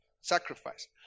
Sacrifice